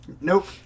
Nope